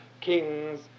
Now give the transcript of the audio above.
kings